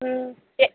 ம் எ